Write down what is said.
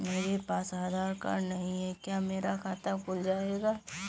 मेरे पास आधार कार्ड नहीं है क्या मेरा खाता खुल जाएगा?